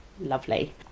lovely